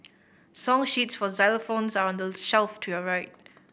song sheets for xylophones are on the shelf to your right